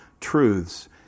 truths